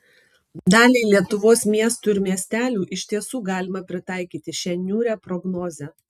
daliai lietuvos miestų ir miestelių iš tiesų galima pritaikyti šią niūrią prognozę